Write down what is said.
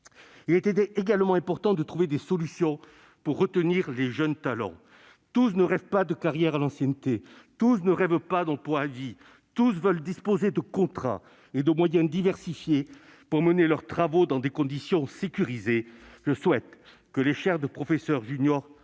Il était également important de trouver des solutions pour retenir les jeunes talents. Tous ne rêvent pas de carrières à l'ancienneté. Tous ne rêvent pas d'emplois à vie. Tous veulent disposer de contrats et de moyens diversifiés pour mener leurs travaux dans des conditions sécurisées. Je souhaite que les chaires de professeur junior